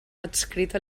adscrit